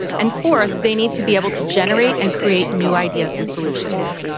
and fourth, they need to be able to generate and create new ideas and solutions.